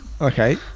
Okay